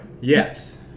Yes